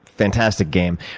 fantastic game.